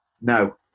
no